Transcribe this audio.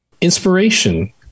inspiration